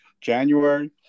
January